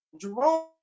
Jerome